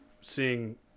seeing